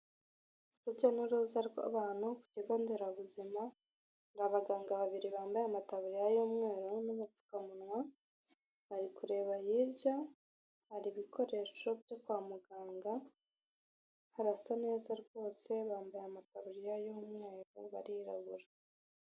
Urujya n'uruza rw'abantu ku kigo nderabuzima, hari abaganga babiri bambaye amataburiya y'umweru n'ubupfukamunwa, bari kureba hirya hari ibikoresho byo kwa muganga, harasa neza rwose bambaye amataruriya y'umweru barirabura.